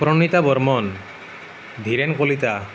Pranita Barman Dhiren Kalita